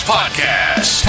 Podcast